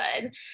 good